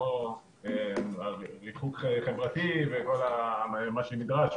כמו ריחוק חברתי וכל מה שנדרש,